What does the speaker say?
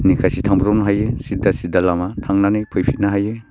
निखासि थांब्रबनो हायो सिददा सिददा लामा थांनानै फैफिननो हायो